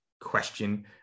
question